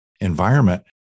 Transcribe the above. environment